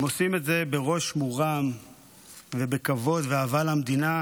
הם עושים את זה בראש מורם ובכבוד ובאהבה למדינה,